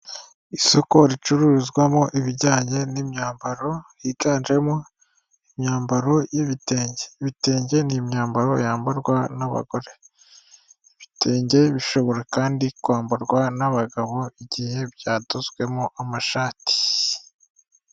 Isoko ricuruzwamo ibijyanye n'imyambaro yiganjemo imyambaro y'ibitenge. Ibitenge ni imyambaro yambarwa n'abagore, ibitenge bishobora kandi kwambarwa n'abagabo igihe byadozwemo amashati.